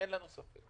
אין לנו ספק.